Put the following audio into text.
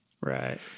Right